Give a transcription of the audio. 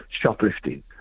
shoplifting